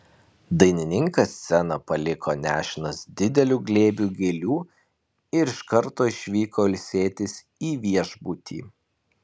dainininkas sceną paliko nešinas dideliu glėbiu gėlių ir iš karto išvyko ilsėtis į viešbutį